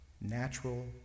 natural